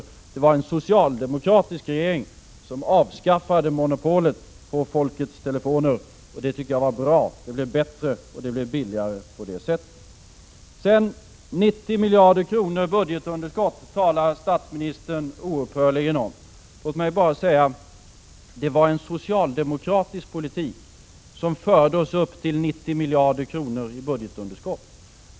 Det var en socialdemokratisk regering som avskaffade monopolet på folkets telefoner, och det tycker jag var bra. Det blev bättre och billigare på det sättet. Statsministern talar oupphörligen om 90 miljarder i budgetunderskott. Det var en socialdemokratisk politik som förde oss upp till 90 miljarder i budgetunderskott.